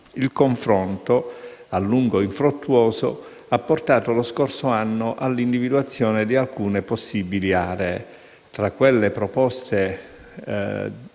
Il confronto, a lungo infruttuoso, ha portato lo scorso anno all'individuazione di alcune possibili aree.